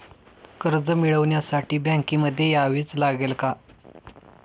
कर्ज मिळवण्यासाठी बँकेमध्ये यावेच लागेल का?